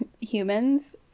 humans